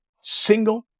single